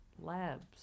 LABS